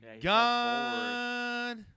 God